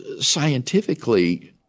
scientifically